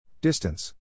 Distance